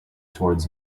towards